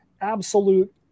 absolute